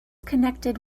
connected